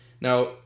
Now